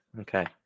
Okay